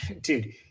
Dude